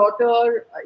daughter